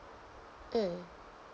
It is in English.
mm